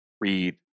read